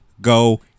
go